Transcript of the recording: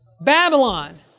Babylon